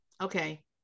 okay